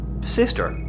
sister